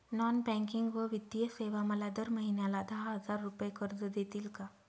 Non banking व वित्तीय सेवा मला दर महिन्याला दहा हजार रुपये कर्ज देतील का?